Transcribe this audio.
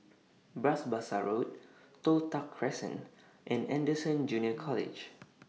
Bras Basah Road Toh Tuck Crescent and Anderson Junior College